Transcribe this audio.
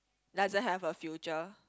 doesn't have a future